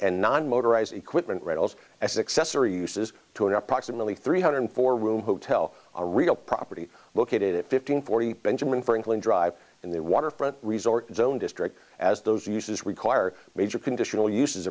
and non motorized equipment rentals a successor uses to an approximately three hundred four room hotel a real property located at fifteen forty benjamin franklin drive in the waterfront resort zone district as those uses require major conditional uses